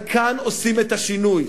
אבל כאן עושים את השינוי.